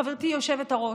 חברתי היושבת-ראש: